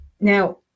now